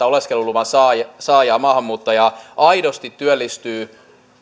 oleskeluluvan saajaa saajaa maahanmuuttajaa aidosti työllistyy